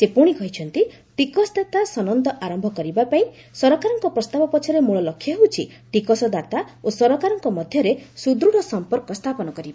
ସେ ପୁଶି କହିଛନ୍ତି ଟିକସଦାତା ସନନ୍ଦ ଆରମ୍ଭ କରିବା ପାଇଁ ସରକାରଙ୍କ ପ୍ରସ୍ତାବ ପଛରେ ମଳଲକ୍ଷ୍ୟ ହେଉଛି ଟିକସଦାତା ଓ ସରକାରଙ୍କ ମଧ୍ୟରେ ସୁଦୃତ୍ ସମ୍ପର୍କ ସ୍ଥାପନ କରିବା